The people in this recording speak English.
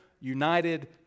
United